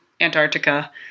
Antarctica